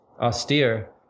austere